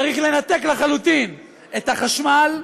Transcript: צריך לנתק לחלוטין את החשמל.